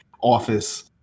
Office